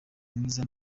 mwiza